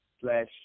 slash